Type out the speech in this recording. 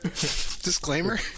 Disclaimer